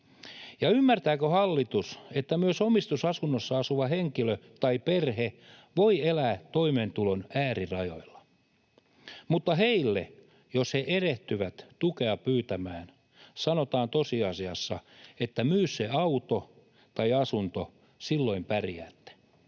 Ja ymmärtääkö hallitus, että myös omistusasunnossa asuva henkilö tai perhe voi elää toimeentulon äärirajoilla mutta heille, jos he erehtyvät tukea pyytämään, sanotaan tosiasiassa, että myy se auto tai asunto, silloin pärjäätte?